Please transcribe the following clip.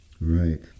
Right